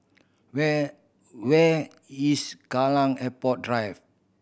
where where is Kallang Airport Drive